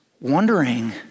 wondering